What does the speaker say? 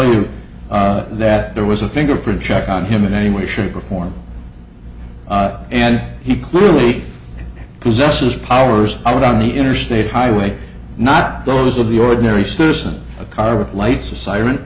you that there was a fingerprint check on him in any way shape or form and he clearly possesses powers out on the interstate highway not those of the ordinary citizen a car with lights a siren